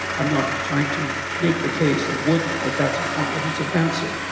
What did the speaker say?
i'm not trying to make the case i wouldn't, but that's a comprehensive answer.